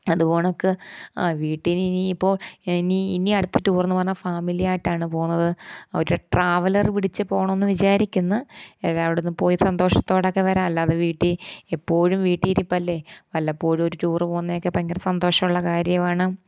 അതു കണക്ക് ആ വീട്ടിലിനിയിപ്പോൾ ഇനി ഇനി അടുത്ത ടൂറെന്ന് പറഞ്ഞാൽ ഫാമിലിയായിട്ടാണ് പോകുന്നത് ഒരു ട്രാവലർ പിടിച്ച് പോകണമെന്ന് വിചാരിക്കുന്നു എല്ലാ അവിടെയൊന്ന് പോയി സന്തോഷത്തോടെയൊക്കെ വരാമല്ലോ അത് വീട്ടിൽ എപ്പോഴും വീട്ടിൽ ഇരിപ്പല്ലെ വല്ലപ്പോഴുമൊരു ടൂർ പോവുന്നതൊക്കെ ഭയങ്കര സന്തോഷമുള്ള കാര്യമാണ്